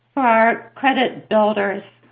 our credit builders